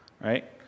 Right